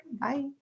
Bye